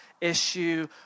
issue